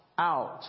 out